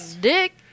dick